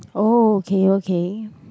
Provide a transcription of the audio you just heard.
oh okay okay